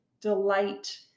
delight